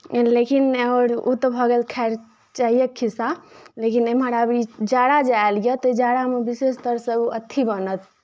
लेकिन आओर ओ तऽ भऽ गेल खैर चायक खिस्सा लेकिन एम्हर आब ई जाड़ा जे आयल यए तऽ जाड़ामे विशेषतरसँ अथी बनत